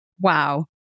Wow